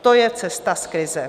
To je cesta z krize.